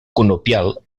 conopial